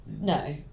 No